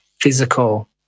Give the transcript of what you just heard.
physical